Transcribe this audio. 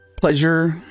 pleasure